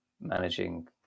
managing